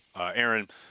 Aaron